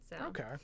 Okay